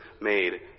made